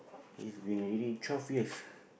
is been already twelve years